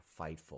Fightful